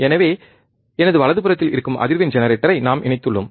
எனவே எனது வலதுபுறத்தில் இருக்கும் அதிர்வெண் ஜெனரேட்டரை நாம் இணைத்துள்ளோம்